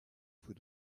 für